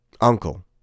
Uncle